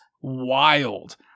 wild